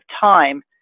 time